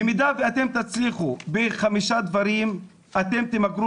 במידה ואתם תצליחו בחמישה דברים אתם תמגרו